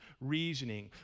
reasoning